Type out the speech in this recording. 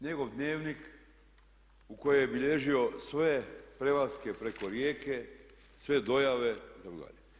Njegov dnevnik u kojem je bilježio sve prelaske preko rijeke, sve dojave itd.